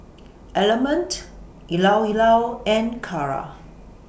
Element Llao Llao and Kara